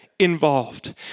involved